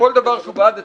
כל דבר שהוא בעד הציבור,